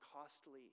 costly